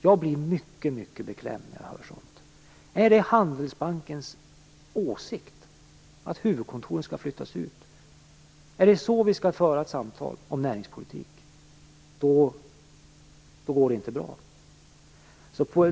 Jag blir mycket beklämd när jag hör sådant. Är det Handelsbankens åsikt att huvudkontoren skall flyttas ut? Är det så vi skall föra ett samtal om näringspolitiken?